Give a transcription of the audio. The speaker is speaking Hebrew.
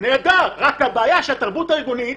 זה נהדר רק הבעיה היא שהתרבות האירכגונית